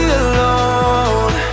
alone